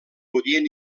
podien